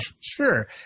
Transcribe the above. sure